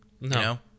No